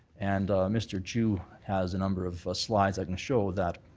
and mr. chu has a number of slides i can show that